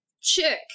chick